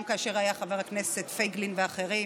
גם כאשר היה חבר הכנסת פייגלין ואחרים,